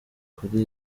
kuri